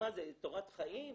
מה זה, תורת חיים?